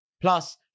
Plus